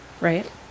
right